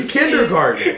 Kindergarten